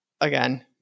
again